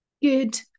good